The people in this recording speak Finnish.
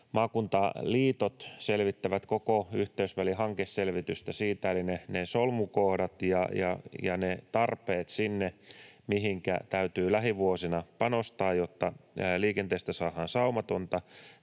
Maakuntaliitot tekevät koko yhteysvälin hankeselvitystä siitä eli niistä solmukohdista ja niistä tarpeista siellä, mihinkä täytyy lähivuosina panostaa, jotta liikenteestä saadaan saumatonta.